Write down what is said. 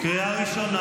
לגיטימי, קריאה ראשונה.